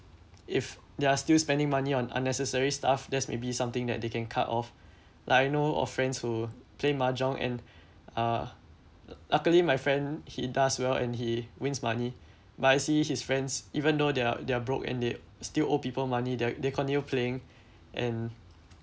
if they are still spending money on unnecessary stuff that's maybe something that they can cut off like I know of friends who play mahjong and uh luckily my friend he does well and he wins money but I see his friends even though they're they're broke and they still owe people money they they continue playing and